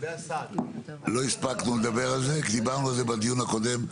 לגבי --- לא הספקנו לדבר על זה כי דיברנו על זה בדיון הקודם.